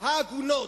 העגונות,